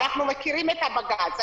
אנחנו מכירים את הבג"צ.